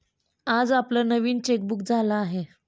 आज आपलं नवीन चेकबुक आलं आहे